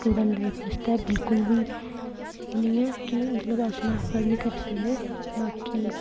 student life आस्तै बिलकुल बी ओह् नेईं ऐ कि मतलब अस इन्ना अफोर्ड नेईं करी सकदे बाकी